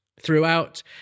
Throughout